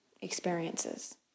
experiences